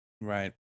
Right